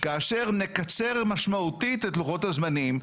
כאשר נקצר משמעותית את לוחות הזמנים.